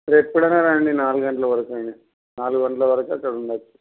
మీరు ఎప్పుడైనా రండి నాలుగు గంటల వరకు అయిన నాలుగు గంటల వరకు అక్కడ ఉండవచ్చు